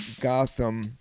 Gotham